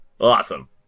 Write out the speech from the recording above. Awesome